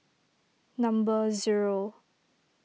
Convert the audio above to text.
number zero